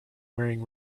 wearing